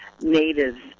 natives